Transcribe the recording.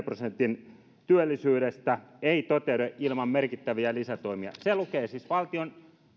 prosentin työllisyydestä ei toteudu ilman merkittäviä lisätoimia se lukee siis valtion